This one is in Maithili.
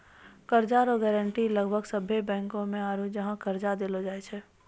कर्जा रो गारंटी लगभग सभ्भे बैंको मे आरू जहाँ कर्जा देलो जाय छै